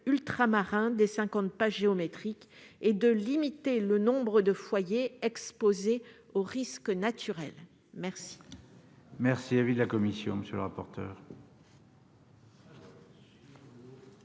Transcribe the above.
ultramarins des cinquante pas géométriques et de limiter le nombre de foyers exposés aux risques naturels. Quel